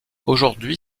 aujourd’hui